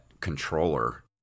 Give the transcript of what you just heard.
controller